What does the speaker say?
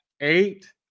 eight